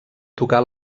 tocar